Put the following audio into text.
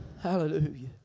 Hallelujah